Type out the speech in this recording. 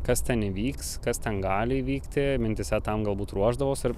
kas ten įvyks kas ten gali įvykti mintyse tam galbūt ruošdavaus ir